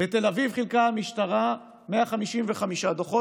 בתל אביב חילקה המשטרה 155 דוחות,